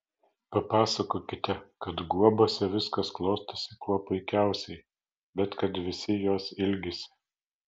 papasakokite kad guobose viskas klostosi kuo puikiausiai bet kad visi jos ilgisi